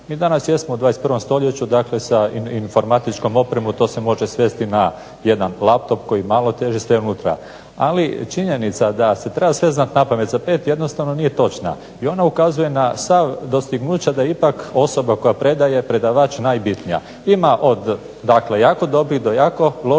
Mi danas jesmo u 21. stoljeću, dakle sa informatičkom opremom to se može svesti na jedan laptop koji malo teži, sve je unutra. Ali činjenica da se treba sve znati napamet za pet jednostavno nije točna i ona ukazuje na sva dostignuća da ipak osoba koja predaje, predavač najbitnija. Ima od, dakle jako dobrih do jako loših.